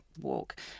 walk